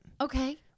Okay